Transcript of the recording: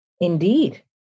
indeed